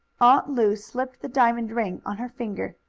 aunt lu slipped the diamond ring on her finger.